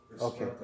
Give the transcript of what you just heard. okay